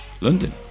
london